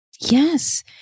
Yes